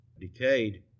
decayed